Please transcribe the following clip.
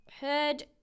Heard